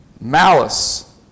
malice